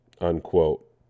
Unquote